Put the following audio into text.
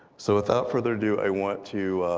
so without further ado, i want to